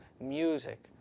music